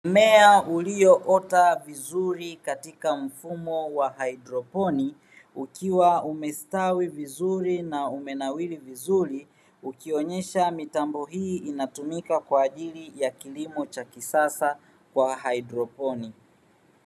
Mmea ulioota vizuri katika mfumo wa haidroponi ukiwa umestawi vizuri na umenawiri vizuri ukionyesha mitambo hii inatumika kwa ajili ya kilimo cha kisasa kwa haidroponi.